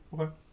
Okay